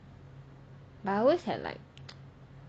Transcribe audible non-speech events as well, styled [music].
but I always have like [noise]